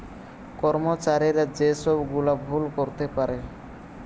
কর্মচারীরা যে সব গুলা ভুল করতে পারে